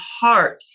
heart